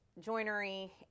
joinery